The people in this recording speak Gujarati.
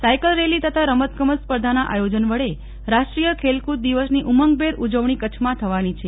સાયકલ રેલી તથા રમતગમત સ્પર્ધાના આયોજન વડે રાષ્ટ્રીય ખેલકુદ દિવસની ઉમંગભેર ઉજવણી કચ્છમાં થવાની છે